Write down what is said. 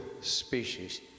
species